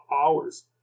hours